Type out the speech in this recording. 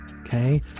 okay